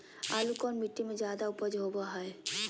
आलू कौन मिट्टी में जादा ऊपज होबो हाय?